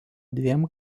dviem